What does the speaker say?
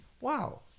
Wow